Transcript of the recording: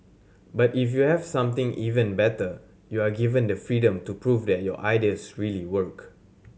but if you have something even better you are given the freedom to prove that your ideas really work